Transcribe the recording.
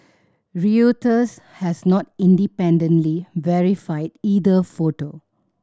Reuters has not independently verified either photo